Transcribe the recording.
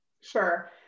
Sure